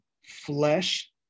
flesh